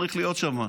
צריך להיות שם.